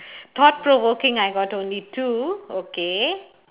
thought provoking I got only two okay